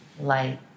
light